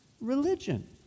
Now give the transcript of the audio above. religion